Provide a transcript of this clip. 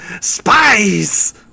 spies